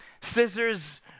scissors